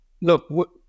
look